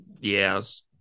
Yes